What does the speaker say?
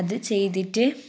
അത് ചെയ്തിട്ട്